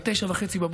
ב-09:30,